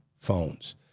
phones